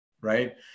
right